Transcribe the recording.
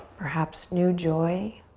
perhaps new joy.